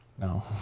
No